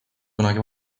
kunagi